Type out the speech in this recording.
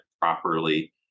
properly